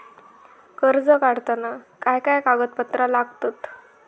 कर्ज काढताना काय काय कागदपत्रा लागतत?